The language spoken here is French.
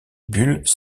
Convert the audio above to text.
bulls